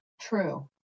True